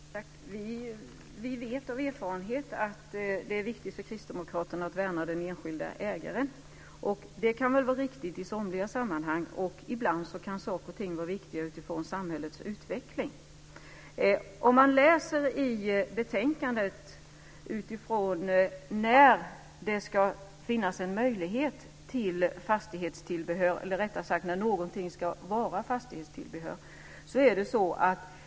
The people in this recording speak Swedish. Fru talman! Vi vet av erfarenhet att det är viktigt för kristdemokraterna att värna den enskilda ägaren. Det kan vara riktigt i somliga sammanhang. Ibland kan saker och ting vara viktiga utifrån samhällets utveckling. I betänkandet står det när någonting ska anses vara fastighetstillbehör.